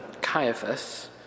Caiaphas